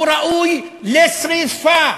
הוא ראוי לשרפה.